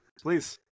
please